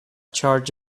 charge